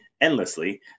endlessly